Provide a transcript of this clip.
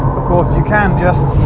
of course, you can just